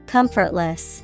Comfortless